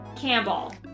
Campbell